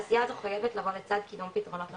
העשייה הזו חייבת לבוא לצד קידום פתרונות למשבר,